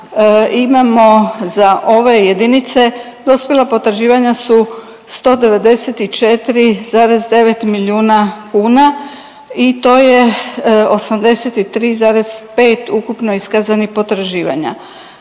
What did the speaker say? imamo za ove jedinice dospjela potraživanja su 194,9 milijuna kuna i to je 83,5 ukupno iskazanih potraživanja.